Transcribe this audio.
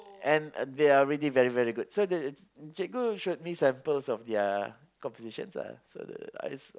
and they are really very very good so the cikgu their compositions ah so the I